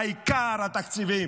העיקר התקציבים,